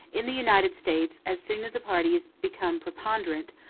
in the united states, as soon as a party is become preponderant,